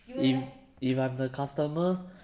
if if I'm the customer